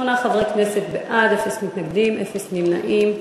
שמונה חברי כנסת בעד, אפס מתנגדים, אפס נמנעים.